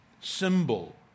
symbol